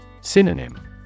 Synonym